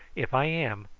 if i am,